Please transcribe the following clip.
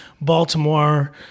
Baltimore